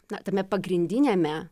na tame pagrindiniame